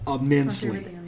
immensely